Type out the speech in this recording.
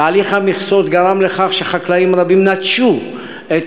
תהליך המכסות גרם לכך שחקלאים רבים נטשו את